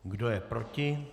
Kdo je proti?